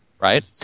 right